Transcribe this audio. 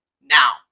now